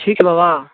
ठीक बाबा